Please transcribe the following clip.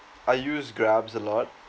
I use grabs a lot